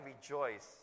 rejoice